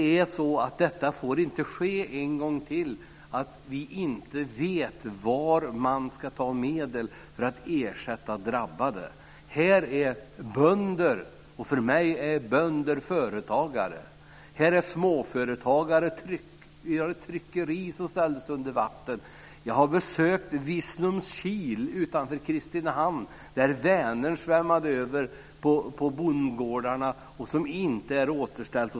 Det får inte ske en gång till att man inte vet var medel ska tas ifrån för att ersätta drabbade. Här finns bönder. Bönder är för mig företagare. Här finns småföretagare, t.ex. ställdes ett tryckeri under vatten. Jag har besökt Visnums-Kil utanför Kristinehamn där Vänern har svämmat över på bondgårdarna. De har inte återställts.